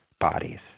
bodies